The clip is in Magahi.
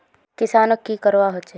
किसानोक की करवा होचे?